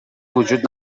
وجود